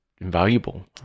invaluable